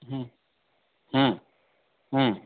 ಹ್ಞೂ ಹಾಂ ಹಾಂ